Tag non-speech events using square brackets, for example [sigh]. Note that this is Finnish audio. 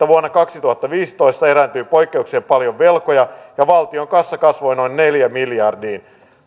[unintelligible] vuonna kaksituhattaviisitoista erääntyi poikkeuksellisen paljon velkoja ja valtion kassa kasvoi noin neljä miljardia